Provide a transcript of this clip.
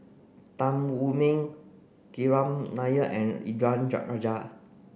Tan Wu Meng Nair and Indranee Rajah